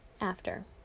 After